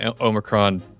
Omicron